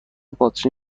باطری